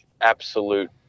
absolute